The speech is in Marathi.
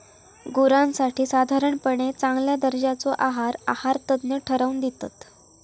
गुरांसाठी साधारणपणे चांगल्या दर्जाचो आहार आहारतज्ञ ठरवन दितत